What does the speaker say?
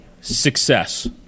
success